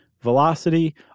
velocity